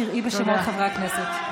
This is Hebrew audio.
קראי בשמות חברי הכנסת.